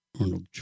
Arnold